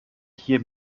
hier